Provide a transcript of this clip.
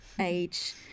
age